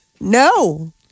No